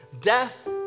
Death